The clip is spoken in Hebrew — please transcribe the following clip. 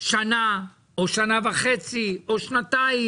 שנה או שנה וחצי או שנתיים,